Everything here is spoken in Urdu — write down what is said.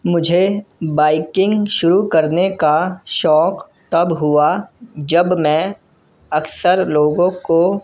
مجھے بائکنگ شروع کرنے کا شوق تب ہوا جب میں اکثر لوگوں کو